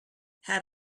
had